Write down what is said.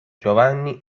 giovanni